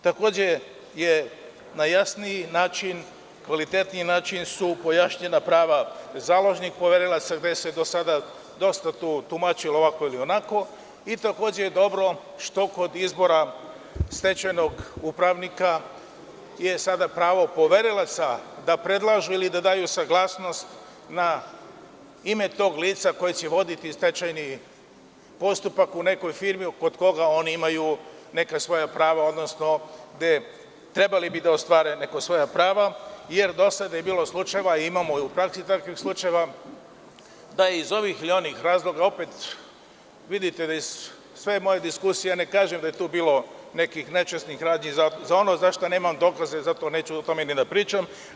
Takođe, na jasniji način, kvalitetniji način su pojašnjena prava založnih poverioca gde se tu dosta tumačilo ovako ili onako, a dobro je što i kod izbora stečajnog upravnika je sada pravo poverioca da predlaže ili daju saglasnost na ime tog lica koje će voditi stečajni postupak u nekoj firmi kod koga oni imaju neka svoja prava, odnosno gde bi trebalo da ostvare neka svoja prava, jer do sada je bilo slučajeva, a imamo i u praksi takvih slučajeva da je iz ovih ili onih razloga, a vidite iz čitave moje diskusije, a ne kažem da je bilo nekih nečasnih radnji, jer za ono za šta nemam dokaze, o tome neću ni da pričam.